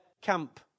camp